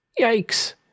Yikes